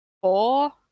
four